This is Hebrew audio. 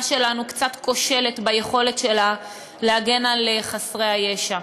שלנו קצת כושלת ביכולת שלה להגן על חסרי הישע.